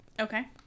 Okay